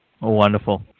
Wonderful